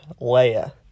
Leia